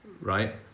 right